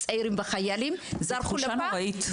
זו תחושה נוראית.